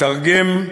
אתרגם,